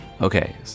Okay